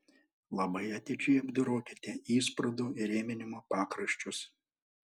labai atidžiai apdorokite įsprūdų įrėminimo pakraščius